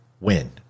win